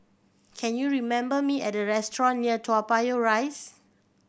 can you remember me a restaurant near Toa Payoh Rise